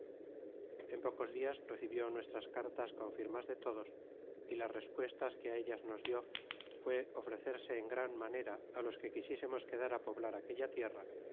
en pocos dias recibió nuestras cartas con firmas de todos y las respuestas que ellas nos dió fué ofrecerse en gran manera á los que quisiesemos quedar poblar aquella tierra